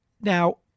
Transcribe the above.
Now